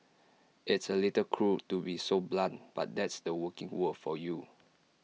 it's A little cruel to be so blunt but that's the working world for you